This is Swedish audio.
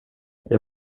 jag